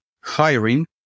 hiring